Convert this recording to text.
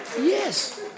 Yes